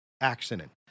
accident